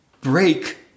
break